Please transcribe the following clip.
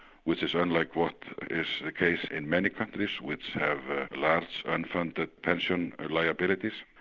which is unlike what is the case in many countries which have ah large unfunded pension liabilities.